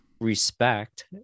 respect